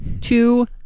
Two